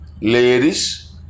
ladies